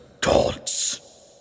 gods